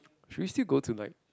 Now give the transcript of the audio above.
Christie go tonight